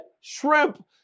shrimp